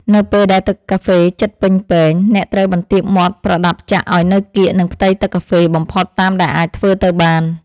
នៅពេលដែលទឹកកាហ្វេជិតពេញពែង អ្នកត្រូវបន្ទាបមាត់ប្រដាប់ចាក់ឱ្យនៅកៀកនឹងផ្ទៃទឹកកាហ្វេបំផុតតាមដែលអាចធ្វើទៅបាន។